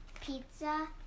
Pizza